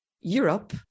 Europe